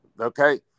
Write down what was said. Okay